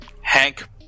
Hank